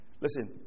Listen